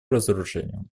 разоружению